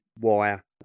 wire